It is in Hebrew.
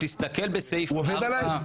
הוא עובד עלי?